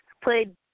played